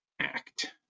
act